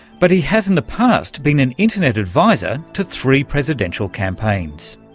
but he has in the past been an internet advisor to three presidential campaigns.